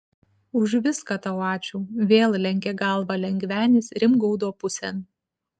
už viską tau ačiū vėl lenkė galvą lengvenis rimgaudo pusėn